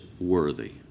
worthy